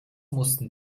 mussten